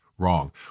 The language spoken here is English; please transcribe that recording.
wrong